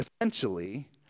essentially